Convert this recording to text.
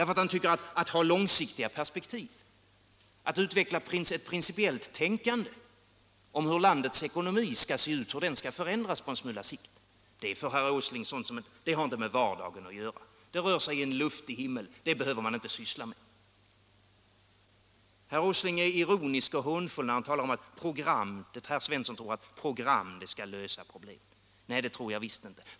Att ha långsiktiga perspektiv, att utveckla principiellt tänkande om hur landets ekonomi skall se ut och förändras på litet sikt, det har för herr Åsling inte med vardagen att göra. Sådant rör sig i en luftig himmel, sådant behöver man inte syssla med. Herr Åsling talar nu ironiskt och hånfullt om att herr Svensson tror att program skall lösa problemen. Nej, det tror jag visst inte.